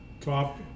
top